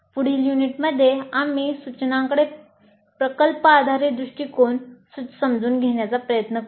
पुढील युनिटमध्ये आम्ही सूचनांकडे प्रकल्प आधारित दृष्टीकोन समजून घेण्याचा प्रयत्न करू